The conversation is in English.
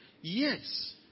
Yes